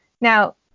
now